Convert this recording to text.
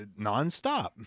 nonstop